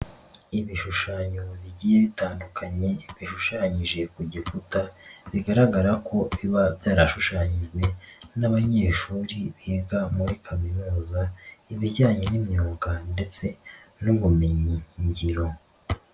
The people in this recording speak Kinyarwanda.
Ibishushanyo bigiye bitandukanye bishushanyije ku gikuta bigaragara ko biba byarashushanyijwe n'abanyeshuri biga muri kaminuza ibijyanye n'imyuga ndetse n'ubumenyingiro.